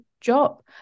job